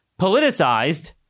politicized